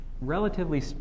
relatively